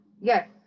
yes